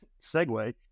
segue